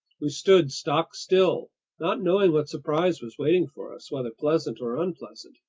we stood stock-still, not knowing what surprise was waiting for us, whether pleasant or unpleasant.